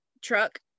truck